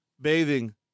Bathing